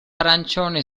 arancione